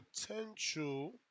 potential